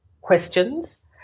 questions